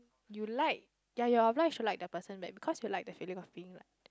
you like ya you are obliged to like that person back because you like the feeling of being liked